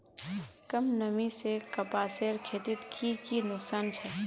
कम नमी से कपासेर खेतीत की की नुकसान छे?